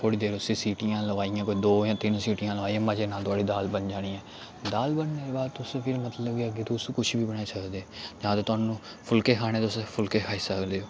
थोह्ड़ी देर उसी सीटियां लोआइयां कोई दो जां तिन्न सीटियां लोआइयां मजे नाल नुआढ़ी दाल बन जानी ऐ दाल बनने दे बाद तुस फिर मतलब तुस कुछ बी बनाई सकदे जां ते थुआनूं फुल्के खाने तुस फुल्के खाई सकदे ओ